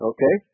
Okay